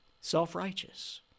Self-righteous